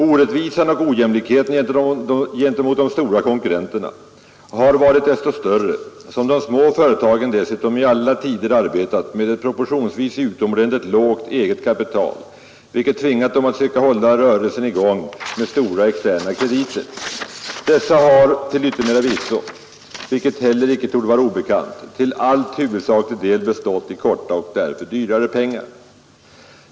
Orättvisan och ojämlikheten gentemot de stora konkurrenterna har varit desto större som de små företagen dessutom i alla tider arbetat med ett proportionsvis utomordentligt lågt eget kapital, vilket tvingat dem att söka hålla rörelsen i gång med stora externa krediter. Dessa har till yttermera visso, vilket heller icke torde vara obekant för herr Sträng, till huvudsaklig del bestått i korta och därför dyrare pengar.